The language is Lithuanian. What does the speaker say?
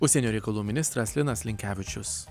užsienio reikalų ministras linas linkevičius